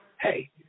hey